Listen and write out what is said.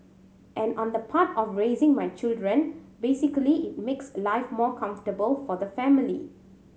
and on the part of raising my children basically it makes life more comfortable for the family